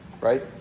Right